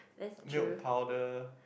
milk powder